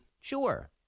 Sure